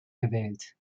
gewählt